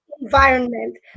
environment